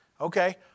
okay